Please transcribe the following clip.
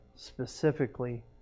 Specifically